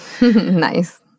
Nice